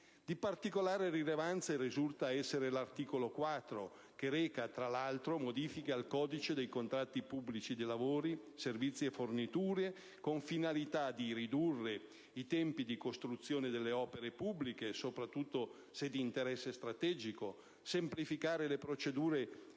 Di particolare rilevanza risulta essere l'articolo 4, che reca, tra l'altro, modifiche al codice dei contratti pubblici di lavori, servizi e forniture con le finalità di ridurre i tempi di costruzione delle opere pubbliche, soprattutto se di interesse strategico; semplificare le procedure di